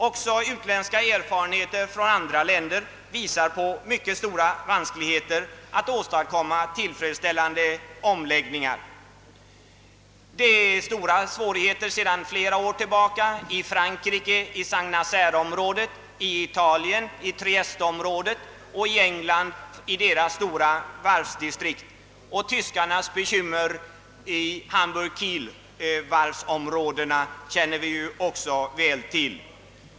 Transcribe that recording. Också utländska erfarenheter visar på mycket stora vanskligheter att åstadkomma tillfredsställande omläggningar. Sedan flera år tillbaka har man stora svårigheter i Frankrike i S:t Nazaireområdet, i Italien i Trieste-området, i Englands stora varvsdistrikt, och tyskarnas bekymmer i Hamburg-Kielområdena känner vi också väl till.